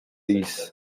east